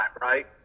right